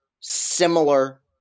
similar